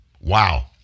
Wow